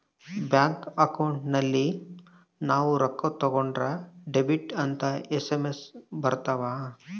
bank account ಅಲ್ಲಿ ನಾವ್ ರೊಕ್ಕ ತಕ್ಕೊಂದ್ರ ಡೆಬಿಟೆಡ್ ಅಂತ ಎಸ್.ಎಮ್.ಎಸ್ ಬರತವ